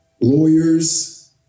lawyers